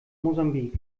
mosambik